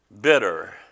bitter